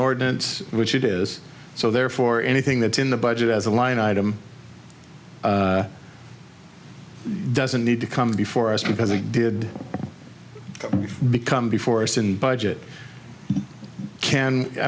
ordinance which it is so therefore anything that in the budget as a line item doesn't need to come before us because it did become before us in the budget can i